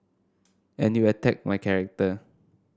and you attack my character